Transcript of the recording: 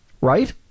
right